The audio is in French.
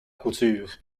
couture